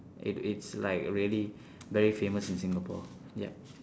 it it's like really very famous in singapore yup